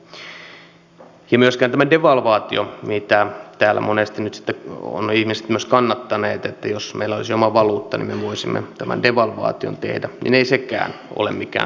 myöskään tämä devalvaatio mitä täällä monesti ovat ihmiset myös kannattaneet että jos meillä olisi oma valuutta niin me voisimme tämän devalvaation tehdä ei sekään ole mikään taikakeino